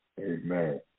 Amen